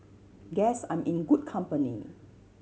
guess I'm in good company